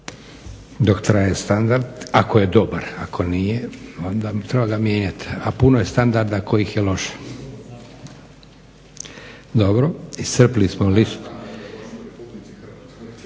Dok traje standard ako je dobar, ako nije onda treba ga mijenjati a puno je standarda kojih je loše. Dobro. Iscrpili smo listu.